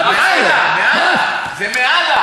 זה מאללה.